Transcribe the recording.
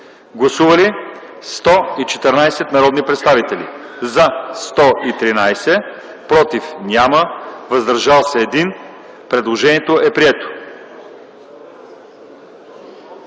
Гласували 114 народни представители: за 113, против няма, въздържал се 1. Предложението е прието.